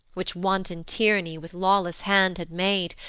which wanton tyranny with lawless hand had made,